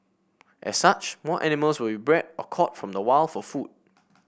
as such more animals will be bred or caught from the wild for food